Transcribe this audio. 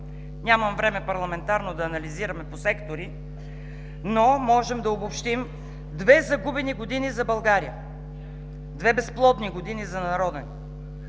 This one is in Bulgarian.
Нямаме парламентарно време да анализираме по сектори, но можем да обобщим: две загубени години за България, две безплодни години за народа